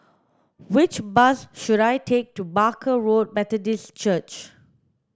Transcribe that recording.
which bus should I take to Barker Road Methodist Church